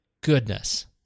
goodness